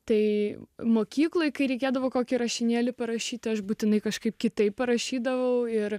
tai mokyklai kai reikėdavo kokį rašinėlį parašyti aš būtinai kažkaip kitaip parašydavau ir